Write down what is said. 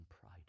pride